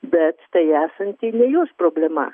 bet tai esanti ne jos problema